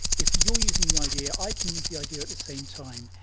if you're using the idea, i can use the idea at the same time,